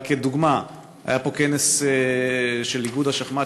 רק כדוגמה: היה פה כנס של איגוד השחמט,